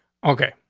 okay,